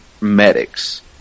medics